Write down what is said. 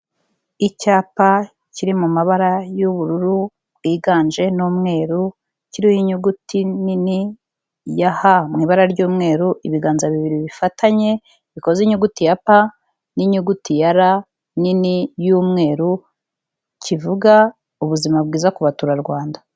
Icyapa kiri mu mabara y'ubururu bwiganje n'umweru, kiriho inyuguti nini ya H mu ibara ry'umweru, ibiganza bibiri bifatanye bikoze inyuguti ya P n'inyuguti ya R nini y'umweru, kivuga ubuzima bwiza ku baturarwanda.